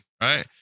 right